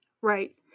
Right